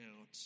out